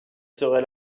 serai